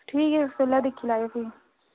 ठीक ऐ खुल्ला दिक्खी लैयो भी